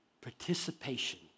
participation